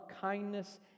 kindness